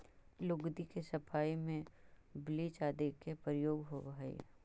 लुगदी के सफाई में ब्लीच आदि के प्रयोग होवऽ हई